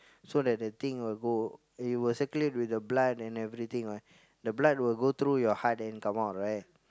so like the thing will go it will circulate with the blood and everything lah the blood will go through your heart and come out right